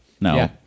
No